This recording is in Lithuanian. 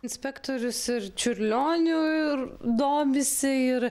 inspektorius ir čiurlioniu ir domisi ir